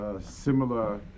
similar